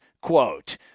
quote